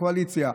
קואליציה,